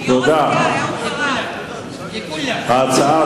פנית ליושב-ראש הסיעה שלנו?